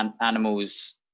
animals